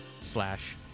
slash